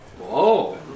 Whoa